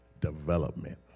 development